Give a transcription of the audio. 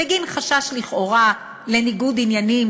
בגין חשש לכאורה לניגוד עניינים,